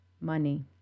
money